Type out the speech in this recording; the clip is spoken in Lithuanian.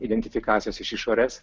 identifikacijos iš išorės